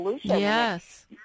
Yes